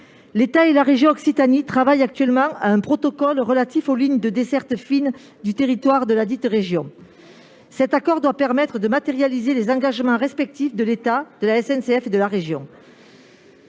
L'État et la région Occitanie travaillent actuellement à un protocole relatif aux lignes de desserte fine du territoire de ladite région. Cet accord doit permettre de matérialiser les engagements respectifs de l'État, de la SNCF et de la région.